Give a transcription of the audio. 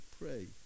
pray